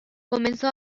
comenzó